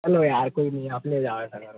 चलो यार कोई नहीं आप ले जाओ ऐसा करो